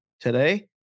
today